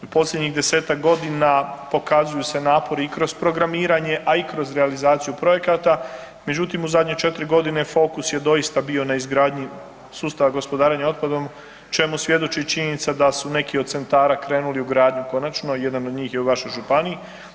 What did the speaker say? Posljednjih desetak godina pokazuju se napori i kroz programiranje, a i kroz realizaciju projekata, međutim u zadnje četiri godine fokus je doista bio na izgradnji sustava gospodarenja otpadom čemu svjedoči činjenica da su neki od centara krenuli u gradnju konačno, jedan od njih je u vašoj županiji.